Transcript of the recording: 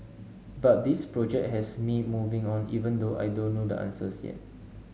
but this project has me moving on even though I don't know the answers yet